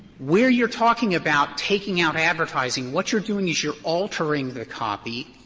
where you're talking about taking out advertising, what you're doing is you're altering the copy,